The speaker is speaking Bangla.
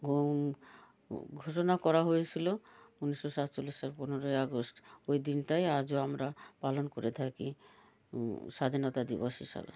ঘোষণা করা হয়েছিল উনিশশো সাতচল্লিশ সাল পনেরোই আগস্ট ওই দিনটাই আজও আমরা পালন করে থাকি স্বাধীনতা দিবস হিসাবে